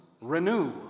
renew